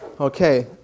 Okay